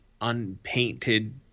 unpainted